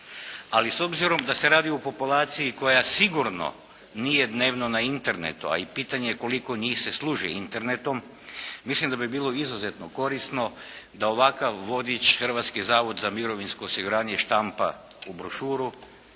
ali s obzirom da se radi o populaciji koja sigurno nije dnevno na internetu, a i pitanje je koliko njih se služi internetom, mislim da bi bilo izuzetno korisno da ovakav vodič Hrvatski zavod za mirovinsko osiguranje štampa u brošu